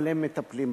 אבל הם מטפלים בזה.